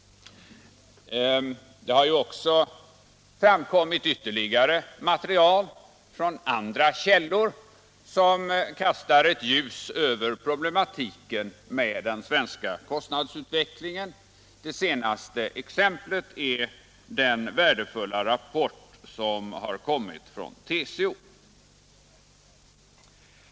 Det har också framkommit material från andra källor som kastar ytterligare ljus över problematiken med den svenska kostnadsutvecklingen. Det senaste exemplet är den värdefulla rapporten från TCO.